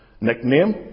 nickname